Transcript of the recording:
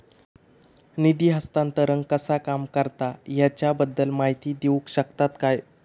निधी हस्तांतरण कसा काम करता ह्याच्या बद्दल माहिती दिउक शकतात काय?